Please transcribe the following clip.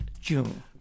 June